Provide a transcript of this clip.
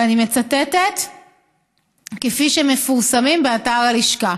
2017 ומפורסמים באתר הלשכה,